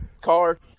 car